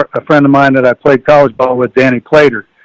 a friend of mine that i played college ball with danny plater,